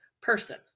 person